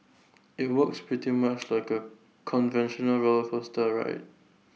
IT works pretty much like A conventional roller coaster ride